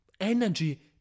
Energy